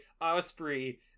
Osprey